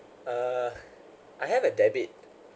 uh I have a debit